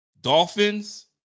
Dolphins